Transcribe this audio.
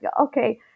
okay